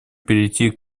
перейти